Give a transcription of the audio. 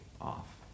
off